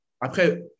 après